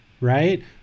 right